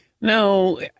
No